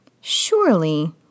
Surely